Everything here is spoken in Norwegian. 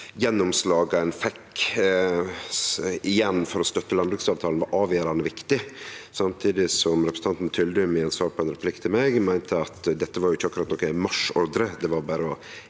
gjennomslaget ein fekk igjen for å støtte jordbruksavtalen, var avgjerande viktig, samtidig som representanten Tyldum i eit svar på ein replikk frå meg meinte at dette ikkje akkurat